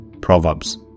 Proverbs